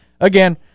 Again